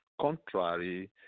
contrary